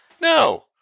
no